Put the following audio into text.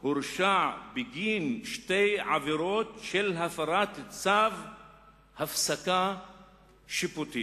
הורשע בגין שתי עבירות של הפרת צו הפסקה שיפוטי."